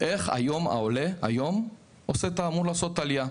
איך היום העולה אמור לעשות את העלייה?